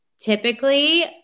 typically